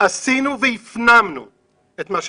עשינו והפנמנו את מה שאמרו.